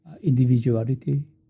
individuality